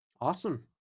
Awesome